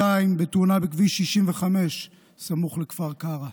צעיר בן 22, בתאונה בכביש 65, סמוך לכפר קרע.